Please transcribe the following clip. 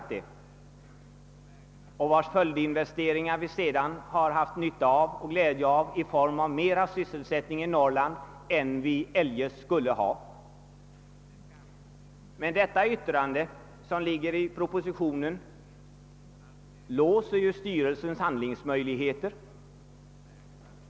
Dess följdinvesteringar har vi sedan haft nytta och glädje av i form av mera sysselsättning i Norrland än vi eljest skulle ha fått. Detta yttrande i propositionen låser ju styrelsens handlingsmöjligheter.